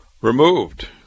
removed